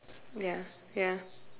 ya ya